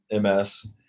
MS